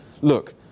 look